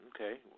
Okay